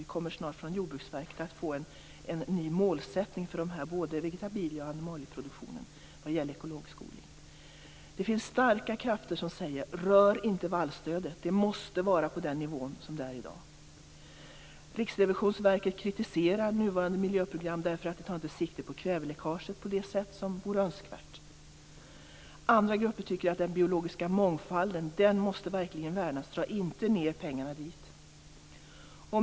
Vi kommer snart från Jordbruksverket att få en ny målsättning både för vegetabilie och animalieproduktionen vad gäller ekologisk framställning. Det finns starka krafter som säger: Rör inte vallstödet! Det måste vara på den nivå som det är i dag. Riksrevisionsverket kritiserar nuvarande miljöprogram därför att det inte tar sikte på kväveläckaget på det sätt som vore önskvärt. Andra grupper tycker att den biologiska mångfalden verkligen måste värnas. Dra inte ned på pengarna dit!